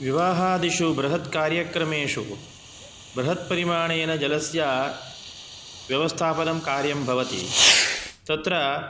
विवाहादिषु बृहत्कार्यक्रमेषु बृहत्परिमाणेन जलस्य व्यवस्थापनं कार्यं भवति तत्र